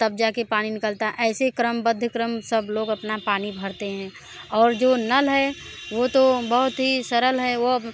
तब जा कर पानी निकलता है ऐसे क्रमबद्ध क्रम सब लोग अपना पानी भरते हैं और जो नल है वह तो बहुत ही सरल है वह